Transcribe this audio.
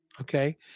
okay